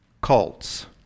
cults